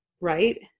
right